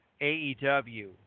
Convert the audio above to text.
AEW